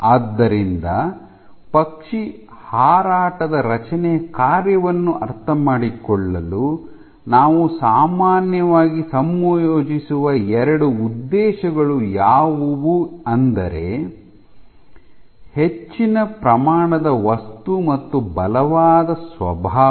ಆದ್ದರಿಂದ ಪಕ್ಷಿ ಹಾರಾಟದ ರಚನೆಯ ಕಾರ್ಯವನ್ನು ಅರ್ಥಮಾಡಿಕೊಳ್ಳಲು ನಾವು ಸಾಮಾನ್ಯವಾಗಿ ಸಂಯೋಜಿಸುವ ಎರಡು ಉದ್ದೇಶಗಳು ಯಾವುವು ಅಂದರೆ ಹೆಚ್ಚಿನ ಪ್ರಮಾಣದ ವಸ್ತು ಮತ್ತು ಬಲವಾದ ಸ್ವಭಾವ